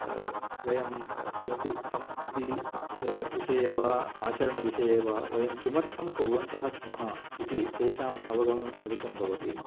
वयं किमपि संस्कृतिविषये वा आचरणविषये वा वयं किमर्थं कुर्वन्तः स्मः इति तेषाम् अवगमनम् अधिकं भवति